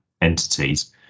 entities